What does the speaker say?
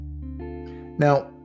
Now